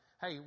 Hey